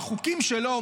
עם החוקים שלו,